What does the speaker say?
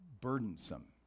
burdensome